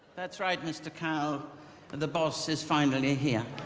that's right, mr. cow and the boss is finally here